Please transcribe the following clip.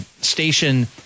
station